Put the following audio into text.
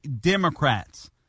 Democrats